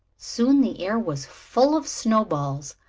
soon the air was full of snowballs,